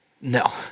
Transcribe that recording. No